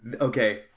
okay